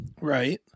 Right